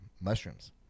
mushrooms